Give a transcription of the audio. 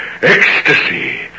Ecstasy